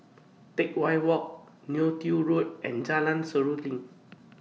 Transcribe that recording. Teck Whye Walk Neo Tiew Road and Jalan Seruling